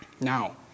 Now